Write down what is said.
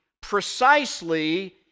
precisely